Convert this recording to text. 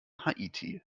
haiti